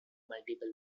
multiple